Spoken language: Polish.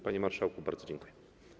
Panie marszałku, bardzo dziękuję.